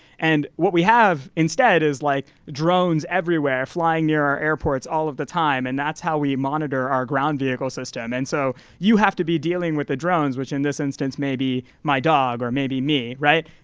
and what we have instead is like drones everywhere, flying near our airports all of the time. and that's how we monitor our ground vehicle system. and so you have to be dealing with the drones, which in this instance may be my dog or it may be me, right?